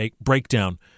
breakdown